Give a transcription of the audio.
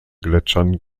gletschern